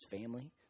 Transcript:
family